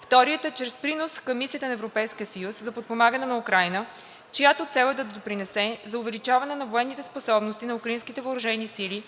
Вторият е чрез принос към Мисията на Европейски съюз за подпомагане на Украйна, чиято цел е да допринесе за увеличаването на военните способности на украинските въоръжени сили